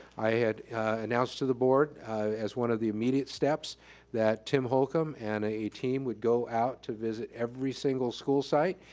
i announced to the board as one of the immediate steps that tim holcomb and a team would go out to visit every single school site.